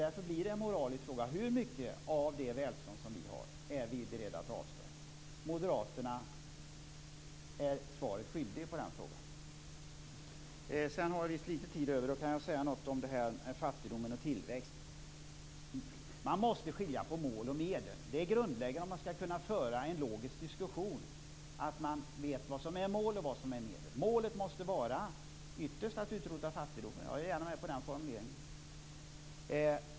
Därför blir det en moralisk fråga hur mycket av det välstånd som vi har som vi är beredda att avstå från. Moderaterna är svaret skyldiga på den frågan. Eftersom jag har tid över kan jag också säga något om fattigdom och tillväxt. Man måste skilja på mål och medel. Det är grundläggande om man skall kunna föra en logisk diskussion, så att man vet vad som är mål och vad som är medel. Målet måste ytterst vara att utrota fattigdomen - jag är gärna med på den formuleringen.